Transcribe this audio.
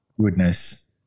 goodness